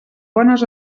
bones